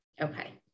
Okay